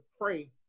pray